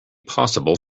possible